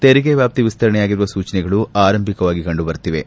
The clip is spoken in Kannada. ತೆರಿಗೆ ವ್ಲಾಪ್ತಿ ವಿಸ್ತರಣೆಯಾಗಿರುವ ಸೂಚನೆಗಳು ಆರಂಭಿಕವಾಗಿ ಕಂಡುಬರುತ್ತಿವೆ